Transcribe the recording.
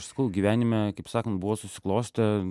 sakau gyvenime kaip sakant buvo susiklostę